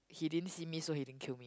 he didn't see me so he didn't kill me